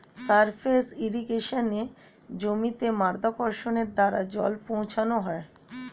surface ইর্রিগেশনে জমিতে মাধ্যাকর্ষণের দ্বারা জল পৌঁছানো হয়